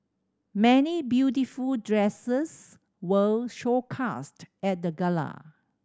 many beautiful dresses were showcased at the gala